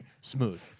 smooth